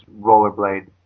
Rollerblade